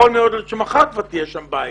יכול מאוד להיות שמחר כבר תהיה שם בעיה.